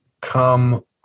come